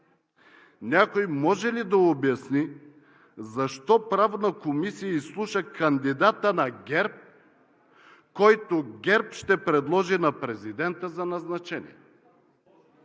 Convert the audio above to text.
Някой може ли да обясни защо Правната комисия изслуша кандидата на ГЕРБ, който ГЕРБ ще предложи на президента за назначение?